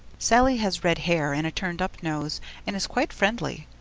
sallie has red hair and a turn-up nose and is quite friendly